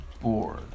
bored